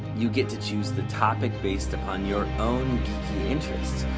you get to choose the topic based upon your own interests.